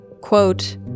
quote